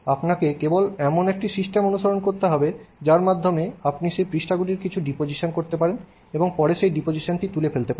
আপনাকে কেবল এমন একটি সিস্টেম অনুসরণ করতে হবে যার মাধ্যমে আপনি সেই পৃষ্ঠাগুলিতে কিছু ডিপোজিশন করতে পারেন এবং পরে সেই ডিপোজিশনটি তুলে ফেলতে পারেন